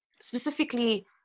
specifically